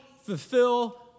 fulfill